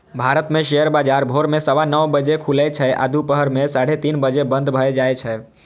भारत मे शेयर बाजार भोर मे सवा नौ बजे खुलै छै आ दुपहर मे साढ़े तीन बजे बंद भए जाए छै